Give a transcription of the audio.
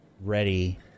ready